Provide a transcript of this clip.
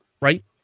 right